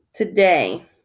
Today